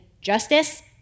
justice